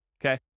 okay